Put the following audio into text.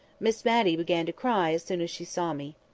miss matty began to cry as soon as she saw me.